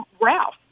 Ralph